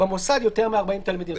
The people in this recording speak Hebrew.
במוסד יותר מ-40 תלמידים.